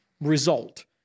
result